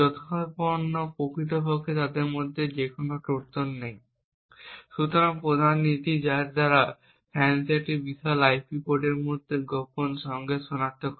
যখন প্রকৃতপক্ষে তাদের মধ্যে এমন কোনও ট্রোজান নেই। সুতরাং প্রধান নীতি যার দ্বারা FANCI একটি বিশাল আইপি কোডের মধ্যে গোপন সংকেত সনাক্ত করে